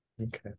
Okay